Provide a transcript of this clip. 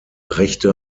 rechte